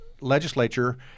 legislature